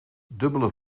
dubbele